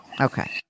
Okay